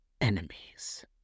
enemies